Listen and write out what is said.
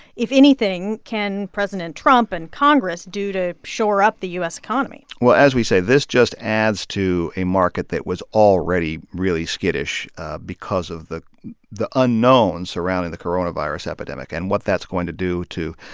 if anything, can president trump and congress do to shore up the u s. economy? well, as we say, this just adds to a market that was already really skittish because of the the unknowns surrounding the coronavirus epidemic and what that's going to do to,